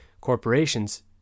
corporations